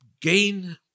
gain